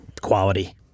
quality